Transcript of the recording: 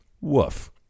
Woof